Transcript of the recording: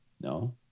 No